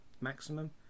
maximum